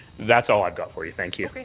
that's all i've got for you. thank you.